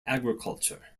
agriculture